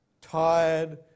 Tired